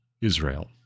Israel